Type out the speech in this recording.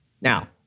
Now